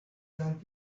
sun